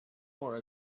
more